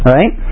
Right